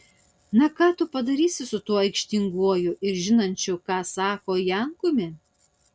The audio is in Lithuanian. na ką tu padarysi su tuo aikštinguoju ir žinančiu ką sako jankumi